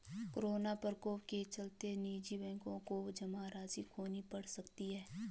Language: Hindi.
कोरोना प्रकोप के चलते निजी बैंकों को जमा राशि खोनी पढ़ सकती है